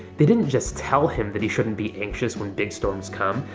they didn't just tell him that he shouldn't be anxious when big storms come.